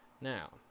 now